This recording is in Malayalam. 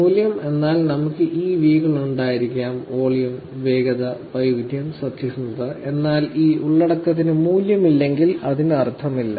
മൂല്യം എന്നാൽ നമുക്ക് ഈ വി കൾ ഉണ്ടായിരിക്കാം വോളിയം വേഗത വൈവിധ്യം സത്യസന്ധത എന്നാൽ ഈ ഉള്ളടക്കത്തിന് മൂല്യമില്ലെങ്കിൽ അതിന് അർത്ഥമില്ല